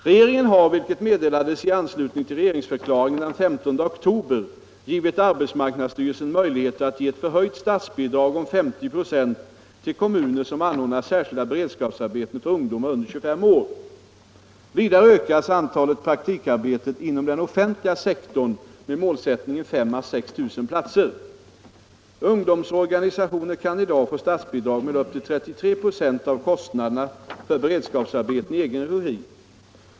Regeringen har — vilket meddelades i anslutning till regeringsförklaringen den 15 oktober — givit arbetsmarknadsstyrelsen möjlighet att ge ett förhöjt statsbidrag om 50 96 till kommuner som anordnar särskilda beredskapsarbeten för ungdomar under 25 år. Vidare ökas antalet praktikarbeten inom den offentliga sektorn med målsättningen 5 000-6 000 platser. Ungdomsorganisationer kan i dag få statsbidrag med upp till 33 26 av kostnaderna för beredskapsarbeten i egen regi.